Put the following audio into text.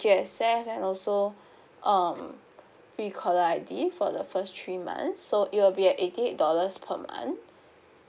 G access and also um free caller I_D for the first three months so it will be at eighty eight dollars per month